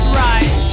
right